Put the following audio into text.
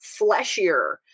fleshier